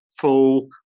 full